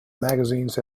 magazines